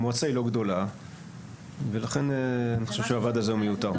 המועצה היא לא גדולה ולכן אני חושב שהוועד הזה הוא מיותר.